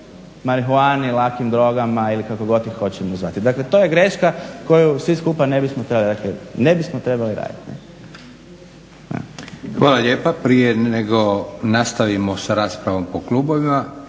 marihuani, lakim drogama ili kako god ih hoćemo zvati. Dakle, to je greška koju svi skupa ne bismo trebali, dakle ne bismo trebali raditi. **Leko, Josip (SDP)** Hvala lijepa. Prije nego nastavimo s raspravom po klubovima,